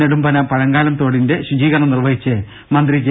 നെടുമ്പന പഴങ്ങാലം തോടിന്റെ ശുചീകരണം നിർവഹിച്ച് മന്ത്രി ജെ